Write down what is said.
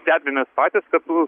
stebimės patys kad